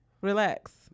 Relax